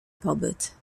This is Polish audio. pobyt